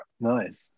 Nice